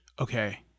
okay